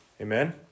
Amen